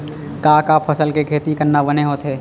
का का फसल के खेती करना बने होथे?